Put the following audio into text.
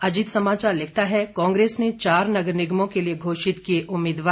अजीत समाचार लिखता है कांग्रेस ने चार नगर निगमों के लिए घोषित किए उम्मीदवार